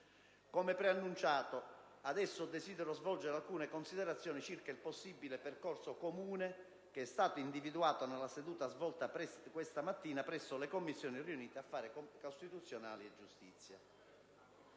Come preannunciato, adesso desidero ora svolgere alcune considerazioni circa il possibile percorso comune che è stato individuato nella seduta svolta questa mattina presso le Commissioni riunite affari costituzionali e giustizia.